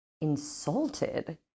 insulted